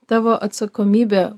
tavo atsakomybė